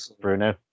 Bruno